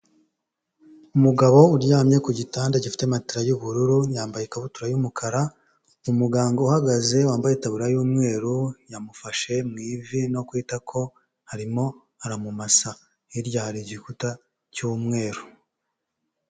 Umugabo uryamye ku gitanda gifite matera y'ubururu, yambaye ikabutura y'umukara, umuganga uhagaze wambaye itaburiya y'umweru, yamufashe mu ivi no ku itako arimo aramumasa. Hirya hari igikuta cyumweru.